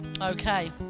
okay